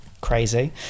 Crazy